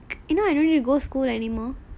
you know I don't need to go school anymore